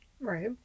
Right